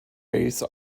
base